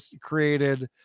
created